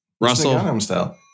russell